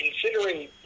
considering